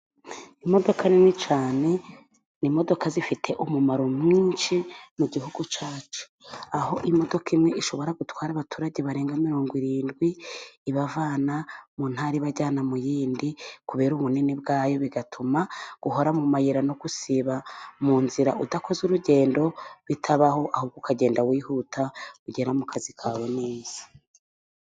Imodoka nini cyane ni imodoka zifite umumaro mwinshi mu gihugu cyacu, aho imodoka imwe ishobora gutwara abaturage barenga mirongo irindwi, ibavana mu ntara ibajyana mu yindi, kubera ubunini bwayo, bigatuma guhora mu mayira no gusiba mu nzira udakoze urugendo bitabaho, ahubwo ukagenda wihuta ugera mu kazi kawe neza.